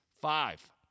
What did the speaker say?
Five